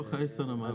בתוך עשר המערכות,